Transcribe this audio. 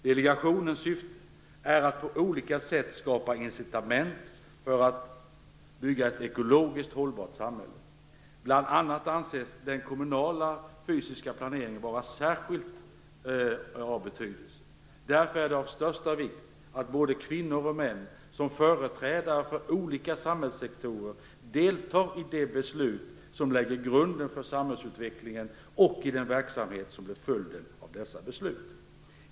Delegationens syfte är att på olika sätt skapa incitament för att bygga ett ekologiskt hållbart samhälle. Bl.a. anses den kommunala fysiska planeringen vara av särskild betydelse. Därför är det av största vikt att både kvinnor och män, som företrädare för olika samhällssektorer, deltar i de beslut som lägger grunden för samhällsutvecklingen och i den verksamhet som blir följden av dessa beslut.